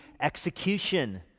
execution